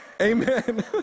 amen